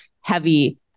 heavy